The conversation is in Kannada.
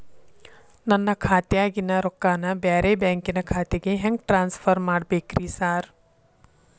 ನನ್ನ ಖಾತ್ಯಾಗಿನ ರೊಕ್ಕಾನ ಬ್ಯಾರೆ ಬ್ಯಾಂಕಿನ ಖಾತೆಗೆ ಹೆಂಗ್ ಟ್ರಾನ್ಸ್ ಪರ್ ಮಾಡ್ಬೇಕ್ರಿ ಸಾರ್?